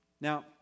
Now